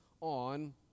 on